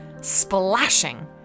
splashing